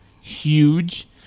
huge